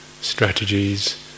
strategies